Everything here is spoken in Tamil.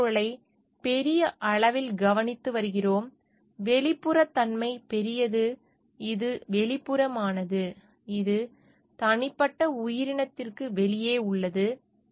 சுற்றுச்சூழலை பெரிய அளவில் கவனித்து வருகிறோம் வெளிப்புறத்தன்மை பெரியது இது வெளிப்புறமானது இது தனிப்பட்ட உயிரினத்திற்கு வெளியே உள்ளது